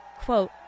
quote